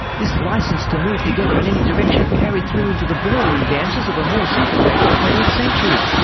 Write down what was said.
this licence to move together in any direction carried through into the ballroom dances of a more syncopated twentieth century.